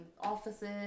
offices